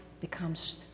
becomes